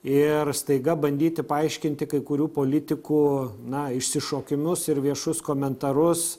ir staiga bandyti paaiškinti kai kurių politikų na išsišokimus ir viešus komentarus